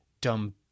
Dumb